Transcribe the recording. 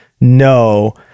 no